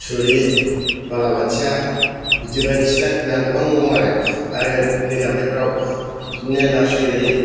थुरि बालाबाथिया बिदि बायदिसिना ना गोबां दङ आरो आरो बे जाम्फैफ्राव बिदिनो नास्राय गोरि